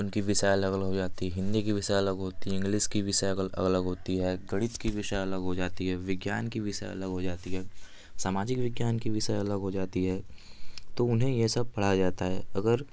उनकी विषय अलग अलग हो जाती हिंदी की विषय अलग होती है इंग्लिस की विषय अलग होती है गणित की विषय अलग हो जाती है विज्ञान की विषय अलग हो जाती है सामाजिक विज्ञान की विषय अलग हो जाती है तो उन्हें ये सब पढ़ाया जाता है अगर